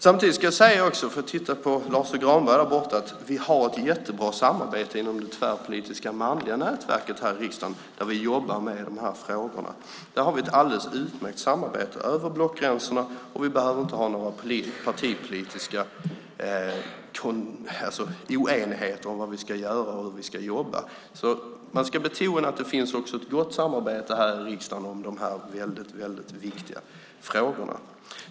Samtidigt ska jag också säga, för jag tittar på Lars U Granberg där borta, att vi har ett jättebra samarbete inom det tvärpolitiska manliga nätverket här i riksdagen, där vi jobbar med de här frågorna. Där har vi ett alldeles utmärkt samarbete över blockgränserna, och vi behöver inte ha någon partipolitisk oenighet om vad vi ska göra och hur vi ska jobba. Man ska betona att det också finns ett gott samarbete här i riksdagen om de här väldigt viktiga frågorna.